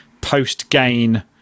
post-gain